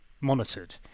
monitored